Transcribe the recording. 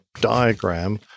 diagram